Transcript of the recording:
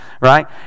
right